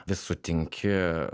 vis sutinki